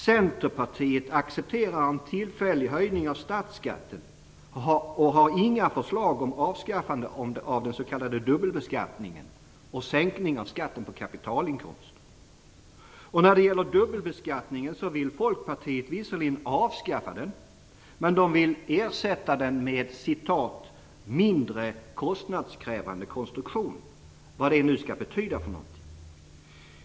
Centerpartiet accepterar en tillfällig höjning av statsskatten och har inga förslag om avskaffande av den s.k. dubbelbeskattningen och sänkning av skatten på kapitalinkomster. Folkpartiet vill visserligen avskaffa dubbelbeskattningen, men de vill ersätta den med "mindre kostnadskrävande konstruktioner", vad det nu skall betyda.